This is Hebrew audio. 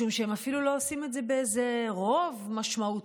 משום שהם אפילו לא עושים את זה באיזה רוב משמעותי,